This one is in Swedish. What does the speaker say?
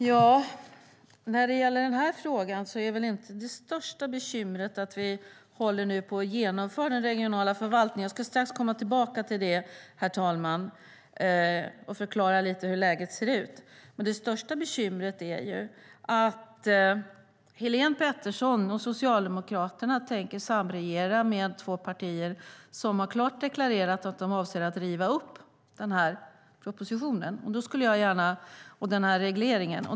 Herr talman! När det gäller den här frågan är väl inte det största bekymret att vi nu håller på att genomföra den regionala förvaltningen. Jag ska strax komma tillbaka till det och förklara hur läget ser ut. Det största bekymret är att Helén Pettersson och Socialdemokraterna tänker samregera med två partier som har klart deklarerat att de avser att riva upp den här propositionen och den här regleringen.